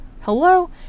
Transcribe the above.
Hello